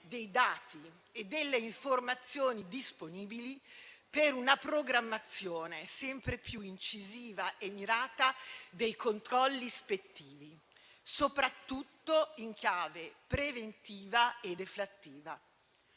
dei dati e delle informazioni disponibili per una programmazione sempre più incisiva e mirata dei controlli ispettivi, soprattutto in chiave preventiva e deflattiva.